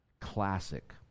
classic